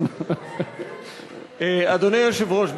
אדוני היושב-ראש,